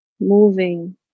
moving